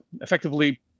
effectively